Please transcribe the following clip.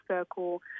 circle